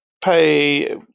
pay